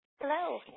Hello